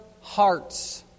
hearts